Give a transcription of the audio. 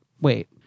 wait